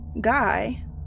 Guy